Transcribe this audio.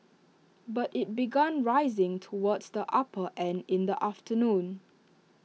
but IT began rising towards the upper end in the afternoon